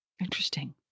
Interesting